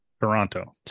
Toronto